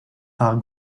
par